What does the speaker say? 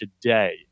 today